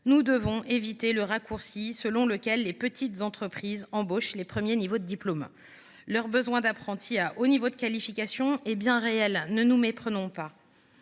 Nous devons éviter le raccourci selon lequel les petites entreprises embaucheraient des apprentis à de petits niveaux de diplômes. Leur besoin d’apprentis ayant un haut niveau de qualification est bien réel. Ne nous méprenons pas